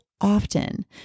often